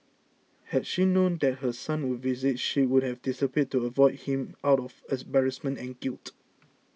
had she known that her son would visit she would have disappeared to avoid him out of embarrassment and guilt